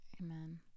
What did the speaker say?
Amen